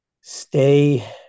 stay